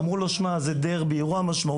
אמרו לו שמע, זה דרבי, זה אירוע משמעותי.